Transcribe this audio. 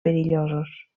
perillosos